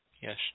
Yes